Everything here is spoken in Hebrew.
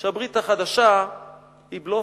שהברית החדשה היא בלוף,